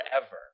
forever